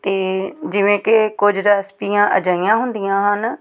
ਅਤੇ ਜਿਵੇਂ ਕਿ ਕੁਝ ਰੈਸਪੀਆਂ ਅਜਿਹੀਆਂ ਹੁੰਦੀਆਂ ਹਨ